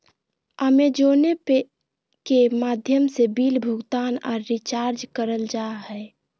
अमेज़ोने पे के माध्यम से बिल भुगतान आर रिचार्ज करल जा हय